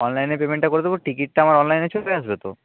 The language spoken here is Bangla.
অনলাইনে পেমেন্টটা করে দেব টিকিটটা আমার অনলাইনে চলে আসবে তো